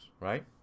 right